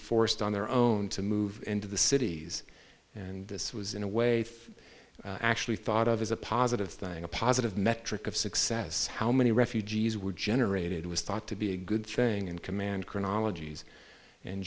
forced on their own to move into the cities and this was in a way actually thought of as a positive thing a positive metric of success how many refugees were generated was thought to be a good thing in command chronologies and